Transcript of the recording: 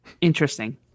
interesting